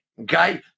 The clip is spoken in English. okay